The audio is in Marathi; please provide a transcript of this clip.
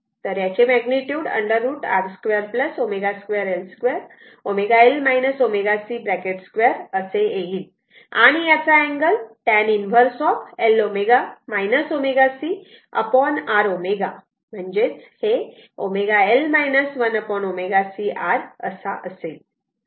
तर याचे मॅग्निट्युड √ R 2 ω L ω c 2 असे येईल आणि याचा अँगल हा tan 1 Lω ω c R ω म्हणजेच ω L 1 ω c R असा असेल